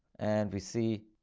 and we see,